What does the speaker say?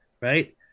Right